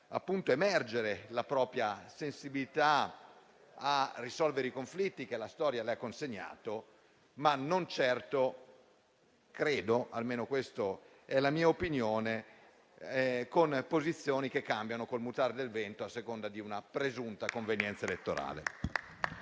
far emergere la propria sensibilità a risolvere i conflitti che la storia le ha consegnato; non certo - almeno questa è la mia opinione - con posizioni che cambiano con il mutare del vento, a seconda di una presunta convenienza elettorale.